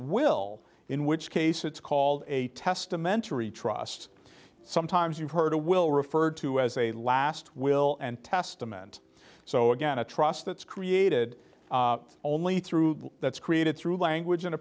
will in which case it's called a testamentary trust sometimes you heard a will referred to as a last will and testament so again a trust that's created only through that's created through language in a